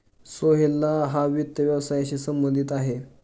सोहेल हा वित्त व्यवसायाशी संबंधित आहे